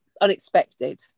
unexpected